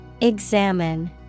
Examine